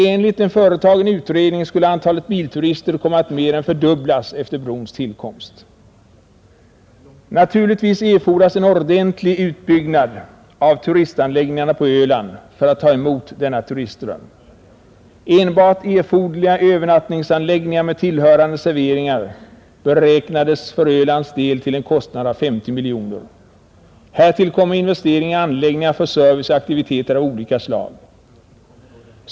Enligt en företagen utredning skulle antalet bilturister komma att mer än fördubblas efter brons tillkomst. Naturligtvis erfordras en ordentlig utbyggnad av turistanläggningarna på Öland för att ta emot denna turistström. Enbart erforderliga övernattningsanläggningar med tilhörande serveringar beräknades för Ölands del till en kostnad av 50 miljoner. Härtill kommer investeringar i anläggningar för service och aktiviteter av olika slag.